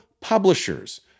publishers